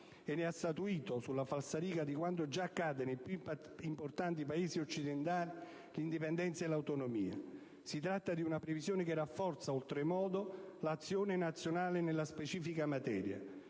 e ne ha statuito, sulla falsariga di quanto già accade nei più importanti Paesi occidentali, l'indipendenza e l'autonomia. Si tratta di una previsione che rafforza oltremodo l'azione nazionale nella specifica materia,